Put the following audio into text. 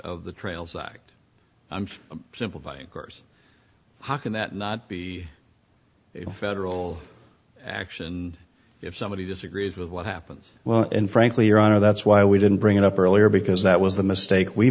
of the trails act i'm a simple banker's how can that not be a federal action and if somebody disagrees with what happens well and frankly your honor that's why we didn't bring it up earlier because that was the mistake we